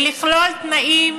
ולכלול תנאים